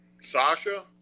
Sasha